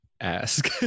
Ask